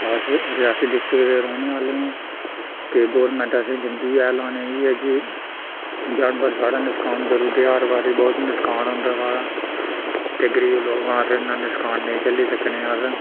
अस रियासी डिस्टिक दे रौह्ने आह्ले आं ते गौरमैंट असें दिंदी ऐ लाने कि जानवर साढ़ा नकसान करुदे हर बारी बौह्त नकसान होंदा साढ़ा ते गरीब लोक आं अस इन्ना नकसान नेईं झल्ली सकने अस